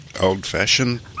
Old-fashioned